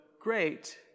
great